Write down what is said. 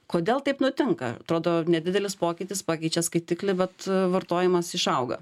kodėl taip nutinka atrodo nedidelis pokytis pakeičia skaitiklį bet vartojimas išauga